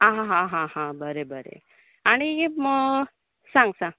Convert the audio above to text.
आहा आहाहा बरें बरें आनी म सांग सांग